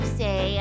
say